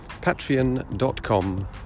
patreon.com